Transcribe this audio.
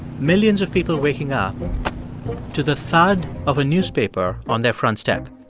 millions of people waking up to the thud of a newspaper on their front step.